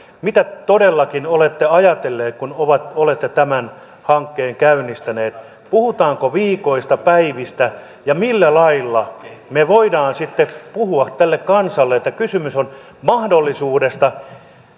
mitä todellakin olette ajatelleet kun olette tämän hankkeen käynnistäneet puhutaanko viikoista päivistä millä lailla me voimme sitten puhua tälle kansalle että kysymys on mahdollisuudesta